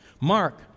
Mark